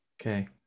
okay